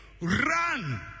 run